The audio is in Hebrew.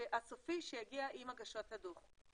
הסופי שיגיע עם הגשת הדוח.